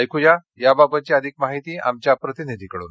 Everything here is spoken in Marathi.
ऐक्या याबाबतची अधिक माहिती आमच्या प्रतिनिधीकडून